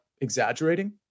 exaggerating